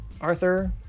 Arthur